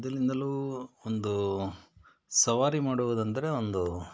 ಮೊದಲಿಂದಲೂ ಒಂದು ಸವಾರಿ ಮಾಡುವುದೆಂದ್ರೆ ಒಂದು